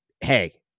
Hey